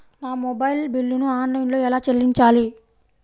నా మొబైల్ బిల్లును ఆన్లైన్లో ఎలా చెల్లించాలి?